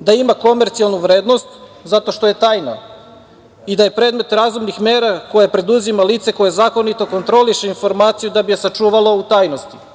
da ima komercijalnu vrednost zato što je tajna i da je predmet razumnih mera koje preduzima lice koje zakonito kontroliše informaciju da bi je sačuvalo u tajnosti. Predlogom